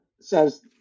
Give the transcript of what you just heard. says